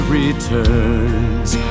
returns